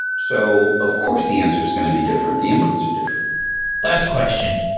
so of course, the answer is going to be different. the inputs are different last question,